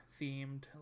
themed